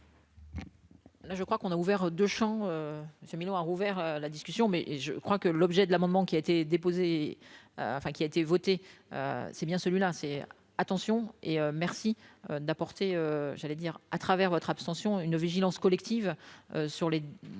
je crois qu'on a ouvert de champs Monsieur Mignon a rouvert la discussion mais je crois que l'objet de l'amendement qui a été déposée, enfin qui a été votée, c'est bien celui-là, c'est attention et merci d'apporter, j'allais dire à travers votre abstention une vigilance collective sur les les